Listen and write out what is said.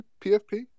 PFP